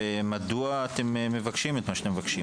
ומדוע אתם מבקשים את מה שאתם מבקשים?